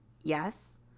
Yes